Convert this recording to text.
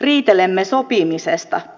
riitelemme sopimisesta